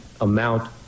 amount